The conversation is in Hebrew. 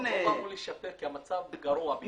--- באנו לשפר כי המצב גרוע ביותר.